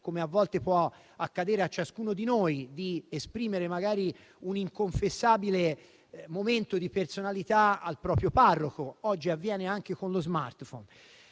A volte può accadere a ciascuno di noi di esprimere un inconfessabile momento di personalità al proprio parroco e oggi ciò avviene anche con lo *smartphone*.